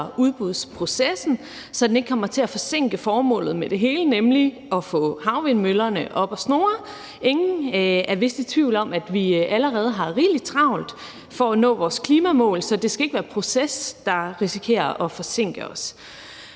udbudsprocessen, så den ikke kommer til at forsinke formålet med det hele, nemlig at få havvindmøllerne op at snurre. Ingen er vist i tvivl om, at vi allerede har rigelig travlt for at nå vores klimamål, så det skal ikke være proces, der risikerer at forsinke os.